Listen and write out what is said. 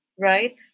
right